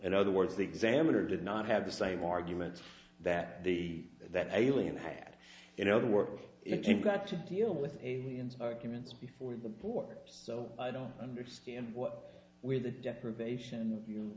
in other words the examiner did not have the same arguments that the that alien had you know the work it got to deal with aliens arguments before the board so i don't understand what with the deprivation you